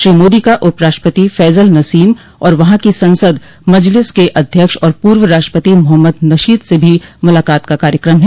श्री मोदी का उपराष्ट्रपति फैज़ल नसीम और वहां की संसद मजलिस के अध्यक्ष और पूर्व राष्ट्रपति मोहम्मद नशीद से भी मुलाकात का कार्यक्रम है